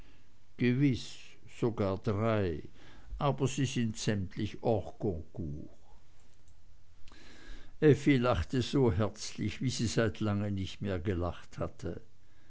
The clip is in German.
gewiß sogar drei aber sie sind sämtlich hors concours effi lachte so herzlich wie sie seit langem nicht mehr gelacht hatte